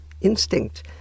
instinct